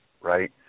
right